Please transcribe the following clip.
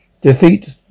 Defeat